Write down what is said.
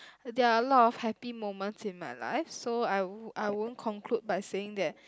there are a lot of happy moments in my life so I won't I won't conclude by saying that